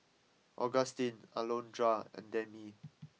Augustin Alondra and Demi